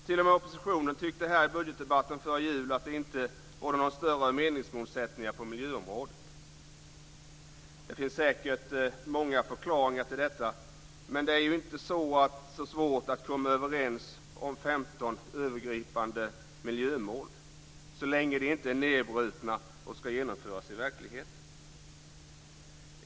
T.o.m. oppositionen tyckte i budgetdebatten före jul att det inte rådde några större meningsmotsättningar på miljöområdet. Det finns säkert många förklaringar till detta. Men det är ju inte så svårt att komma överens om 15 övergripande miljömål så länge de inte är nedbrutna och ska genomföras i verkligheten.